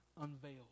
unveiled